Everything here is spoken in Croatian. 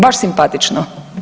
Baš simpatično.